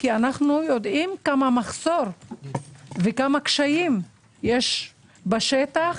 כי אנו יודעים כמה מחסור וכמה קשיים יש בשטח,